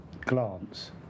glance